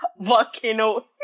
Volcano